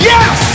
Yes